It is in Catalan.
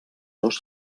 dos